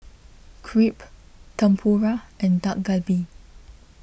Crepe Tempura and Dak Galbi